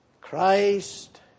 Christ